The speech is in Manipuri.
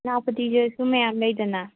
ꯂꯥꯞꯄꯗꯤ ꯃꯌꯥꯝ ꯂꯩꯗꯅ